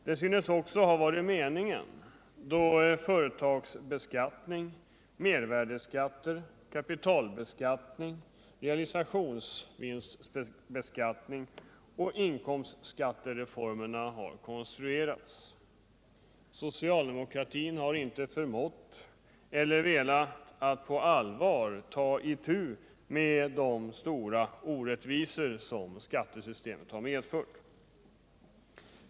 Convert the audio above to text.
Det synes också ha varit meningen då företagsbeskattning, mervärdeskatter, kapitalbeskattning, realisationsvinstbeskattning och inkomstskattereformerna konstruerats. Socialdemokratin har inte förmått eller velat att på allvar ta itu med de stora orättvisor som skattesystemet har medfört.